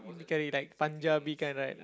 need to carry like right